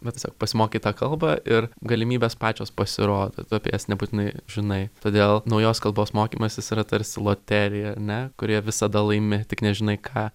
bet tiesiog pasimokei tą kalbą ir galimybės pačios pasirodo tu apie jas nebūtinai žinai todėl naujos kalbos mokymasis yra tarsi loterija ar ne kurioje visada laimi tik nežinai ką